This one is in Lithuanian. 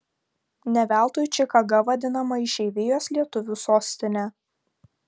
ne veltui čikaga vadinama išeivijos lietuvių sostine